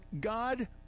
God